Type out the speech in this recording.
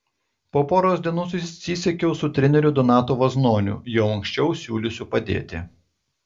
po poros dienų susisiekiau su treneriu donatu vaznoniu jau anksčiau siūliusiu padėti